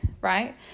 right